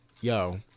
Yo